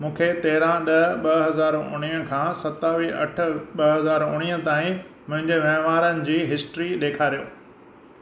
मूंखे तेरहं ॾह ॿ हज़ार उणिवीह खां सतावीह अठ ॿ हज़ार उणिवीह ताईं मुंहिंजे वहिंवारनि जी हिस्ट्री ॾेखारियो